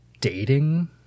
dating